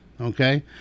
okay